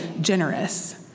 generous